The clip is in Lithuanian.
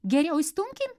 geriau įstumkim